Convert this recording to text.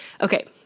Okay